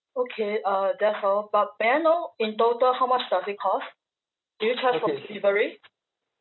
okay uh that's all but may I know in total how much does it cost do you charge for delivery